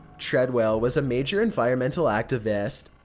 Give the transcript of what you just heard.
treadwell was a major environmental activist,